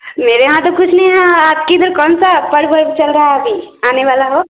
मेरे यहाँ तो कुछ नहीं है आपके इधर कौनसा पर्व वर्व चल रहा है अभी आने वाला हो